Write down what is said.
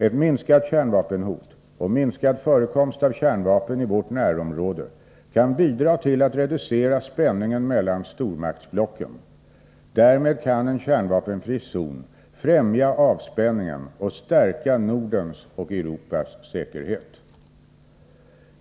Ett minskat kärnvapenhot och minskad förekomst av kärnvapen i vårt närområde kan bidra till att reducera spänningen mellan stormaktsblocken. Därmed kan en kärnvapenfri zon främja avspänningen och stärka Nordens och Europas säkerhet.